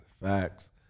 Facts